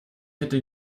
hätte